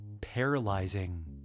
paralyzing